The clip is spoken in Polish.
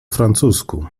francusku